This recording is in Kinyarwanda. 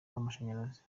w’amashanyarazi